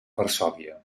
varsòvia